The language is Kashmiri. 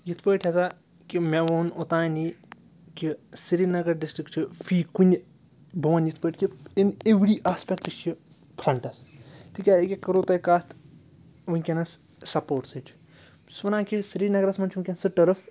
یِتھ پٲٹھۍ ہَسا کہِ مےٚ ووٚن اوٚتانی کہِ سرینگر ڈسٹرک چھُ فی کُنہِ بہٕ وَنہٕ یِتھ پٲٹھۍ کہِ اِن اِوری آسپٮ۪کٹ چھِ فرٛٮ۪نٛٹَس تِکیٛا أکے کَرو تۄہہِ کَتھ وٕنکٮ۪نَس سَپوٹسٕچ بہٕ چھُس وَنان کہِ سرینگرَس منٛز چھُ وٕنکٮ۪نَس سہٕ ٹٔرٕف